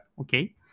okay